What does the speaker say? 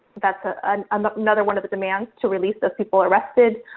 that's ah and um ah another one of the demands to release those people arrested.